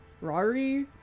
Rari